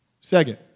Second